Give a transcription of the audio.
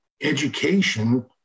education